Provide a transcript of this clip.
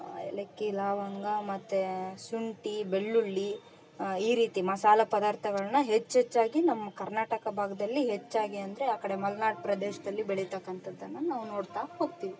ಏಲಕ್ಕಿ ಲವಂಗ ಮತ್ತು ಶುಂಠಿ ಬೆಳ್ಳುಳ್ಳಿ ಈ ರೀತಿ ಮಸಾಲೆ ಪದಾರ್ಥಗಳನ್ನ ಹೆಚ್ಚೆಚ್ಚಾಗಿ ನಮ್ಮ ಕರ್ನಾಟಕ ಭಾಗದಲ್ಲಿ ಹೆಚ್ಚಾಗಿ ಅಂದರೆ ಆ ಕಡೆ ಮಲ್ನಾಡು ಪ್ರದೇಶದಲ್ಲಿ ಬೆಳಿತಕ್ಕಂಥದ್ದನ್ನು ನಾವು ನೋಡ್ತಾ ಹೋಗ್ತೀವಿ